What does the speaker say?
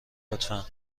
لطفا